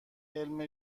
علم